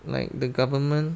like the government